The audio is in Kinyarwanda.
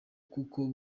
kuko